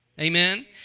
Amen